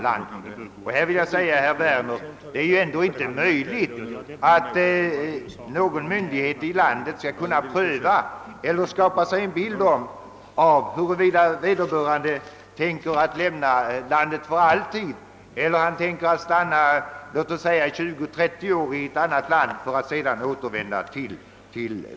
Jag vill säga till herr Werner, att det ändå inte är möjigt att någon myndighet i landet skulle kunna skaffa sig en bild av huruvida vederbörande avser att lämna landet för alltid eller tänker stanna kanske 20—30 år i ett annat land för att sedan återvända till Sverige.